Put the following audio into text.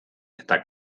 eta